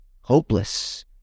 hopeless